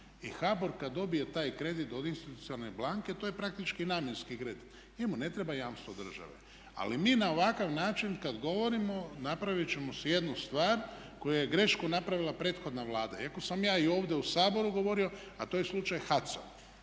I HBOR kada dobije taj kredit od institucionalne banke, to je praktički namjenski kredit. Njemu ne treba jamstvo države. Ali mi na ovakav način kada govorimo napraviti ćemo si jednu stvar koju je grešku napravila prethodna Vlada. Iako sam ja i ovdje u Saboru govorio a to je slučaj HAC-a.